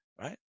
right